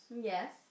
Yes